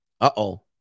Uh-oh